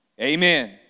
Amen